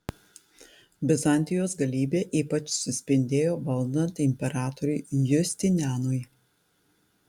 bizantijos galybė ypač suspindėjo valdant imperatoriui justinianui